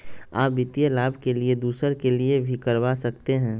आ वित्तीय लाभ के लिए दूसरे के लिए भी करवा सकते हैं?